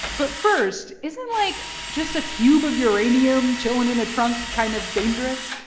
but first, isn't, like, just a cube of uranium chilling in a trunk kind of dangerous?